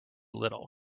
little